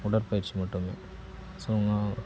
உடற்பயிற்சி மட்டுமே ஸோ நான்